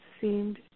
seemed